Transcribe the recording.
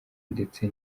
ndetse